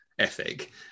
ethic